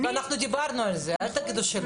אנחנו דיברנו על זה, אל תגידו שלא.